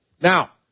Now